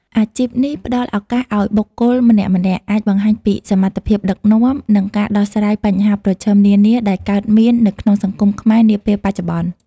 អាជីពនេះផ្តល់ឱកាសឱ្យបុគ្គលម្នាក់ៗអាចបង្ហាញពីសមត្ថភាពដឹកនាំ និងការដោះស្រាយបញ្ហាប្រឈមនានាដែលកើតមាននៅក្នុងសង្គមខ្មែរនាពេលបច្ចុប្បន្ន។